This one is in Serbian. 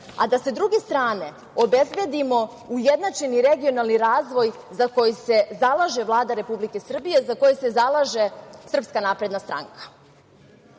a da sa druge strane obezbedimo ujednačeni regionalni razvoj za koji se zalaže Vlada Republike Srbije, za koji se zalaže SNS.Iz tog razloga